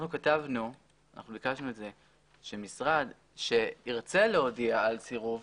אנחנו ביקשנו שמשרד שירצה להודיע על סירוב,